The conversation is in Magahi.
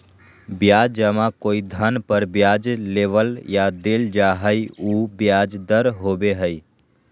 ब्याज जमा कोई धन पर ब्याज लेबल या देल जा हइ उ ब्याज दर होबो हइ